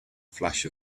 flash